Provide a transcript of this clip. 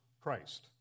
Christ